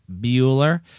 Bueller